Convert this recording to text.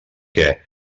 què